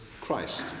Christ